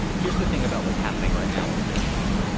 here's the thing about what's happening right now with evictions,